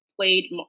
played